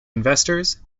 investors